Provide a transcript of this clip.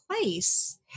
place